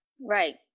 Right